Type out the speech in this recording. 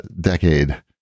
decade